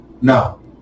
No